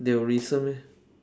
they will listen meh